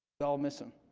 they'll miss him.